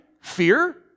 Fear